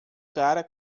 cara